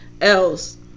else